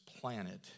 planet